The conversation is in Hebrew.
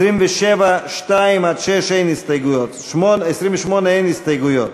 לסעיפים 27(2) (6) אין הסתייגויות,